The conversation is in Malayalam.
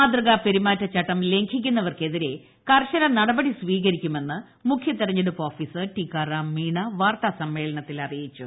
മാതൃക പെരുമാറ്റച്ചട്ടം മൂർലിക്കുന്നവർക്കെതിരെ കർശന നടപടി സ്വീകരിക്കുമെന്ന് മുഖ്യ തിരഞ്ഞെടുപ്പ് ഓഫീസർ ടീക്കാറാം മീണ വാർത്താസമ്മേളനത്തിൽ അറിയിച്ചു